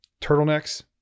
turtlenecks